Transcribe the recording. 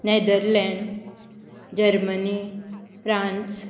Netherlands Germany France